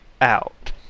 out